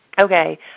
Okay